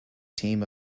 team